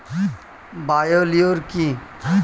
Bio লিওর কি?